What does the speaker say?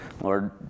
Lord